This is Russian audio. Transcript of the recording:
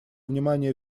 внимание